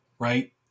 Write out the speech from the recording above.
Right